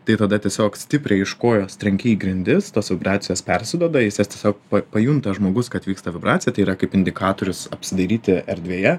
tai tada tiesiog stipriai iš kojos trenki į grindis tos vibracijos persiduoda jis jas tiesiog pajunta žmogus kad vyksta vibracija tai yra kaip indikatorius apsidairyti erdvėje